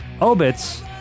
Obits